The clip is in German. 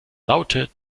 laute